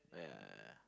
but yeah